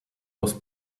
was